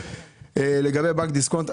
לגבי בנק דיסקונט,